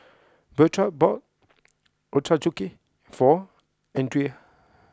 Bertrand bought Ochazuke for Andria